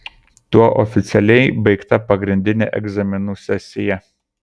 tuo oficialiai baigta pagrindinė egzaminų sesija